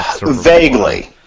Vaguely